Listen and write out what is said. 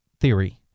theory